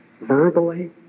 verbally